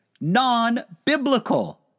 non-biblical